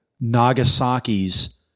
Nagasaki's